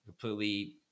completely